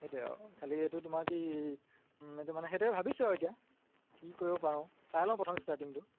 সেইটোৱে আৰু খালি এইটো তোমাৰ কি এইটো মানে সেইটোৱে ভাবিছোঁ আৰু এতিয়া কি কৰিব পাৰোঁ চাই লওঁ প্ৰথম ষ্টাৰ্টিংটো